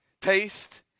Taste